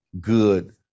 good